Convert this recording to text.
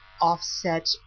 offset